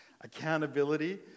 Accountability